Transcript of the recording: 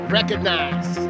Recognize